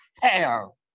hell